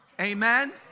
Amen